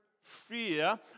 fear